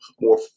more